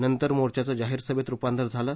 नंतर मोर्चाचं जाहीर सभेत रुपांतर झालं